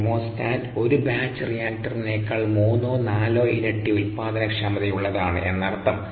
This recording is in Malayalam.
കീമോസ്റ്റാറ്റ് ഒരു ബാച്ച് റിയാക്ടറിനേക്കാൾ മൂന്നോ നാലോ ഇരട്ടി ഉൽപാദനക്ഷമതയുള്ളതാണ് എന്നർത്ഥം